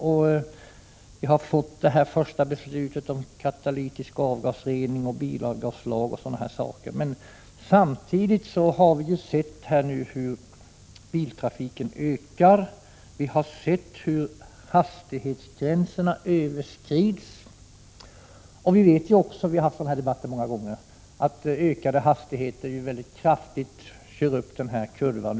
Man har också fattat det första beslutet om katalytisk avgasrening, beslut om en bilavgaslag osv., men samtidigt har vi sett hur biltrafiken ökar och hur hastighetsgränserna överskrids. Vi vet också att utsläppen ökar betydligt med ökade hastigheter, något som vi många gånger har diskuterat.